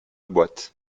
boîte